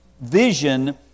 vision